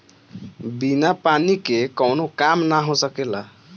बिना पानी के कावनो काम ना हो सकेला